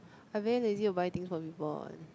I very lazy to buy thing for people one